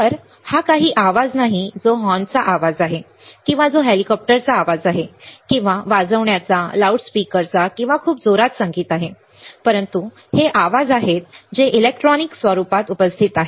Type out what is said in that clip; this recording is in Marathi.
तर हा काही आवाज नाही जो हॉर्नचा आवाज आहे किंवा जो हेलिकॉप्टरचा आवाज आहे किंवा जो काही वाजवण्याचा किंवा लाऊडस्पीकर किंवा खूप जोरात संगीत आहे परंतु हे आवाज आहेत जे इलेक्ट्रॉनिक स्वरूपात उपस्थित आहेत